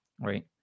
right